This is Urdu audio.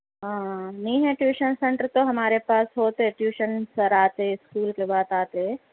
ہاں نہیں ہے ٹیوشن سینٹر تو ہمارے پاس ہوتے ٹیوشن سر آتے اسکول کے بعد آتے